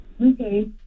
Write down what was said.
Okay